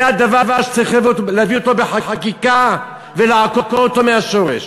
זה הדבר שצריך להביא אותו בחקיקה ולעקור אותו מהשורש.